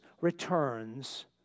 returns